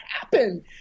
happen